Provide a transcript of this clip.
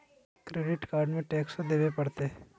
Credit card में टेक्सो देवे परते?